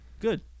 Good